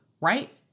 right